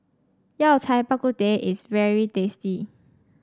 Yao Cai Bak Kut Teh is very tasty